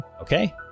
Okay